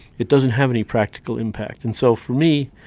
it doesn't have any practical impact and so for me,